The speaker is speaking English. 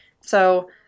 So-